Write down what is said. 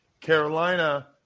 Carolina